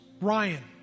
Ryan